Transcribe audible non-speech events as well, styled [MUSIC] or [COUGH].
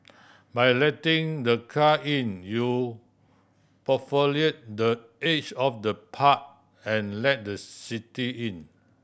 by letting the car in you [UNINTELLIGIBLE] the edge of the park and let the city in